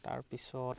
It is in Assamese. তাৰপিছত